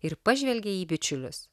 ir pažvelgė į bičiulius